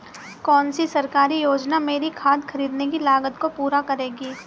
कौन सी सरकारी योजना मेरी खाद खरीदने की लागत को पूरा करेगी?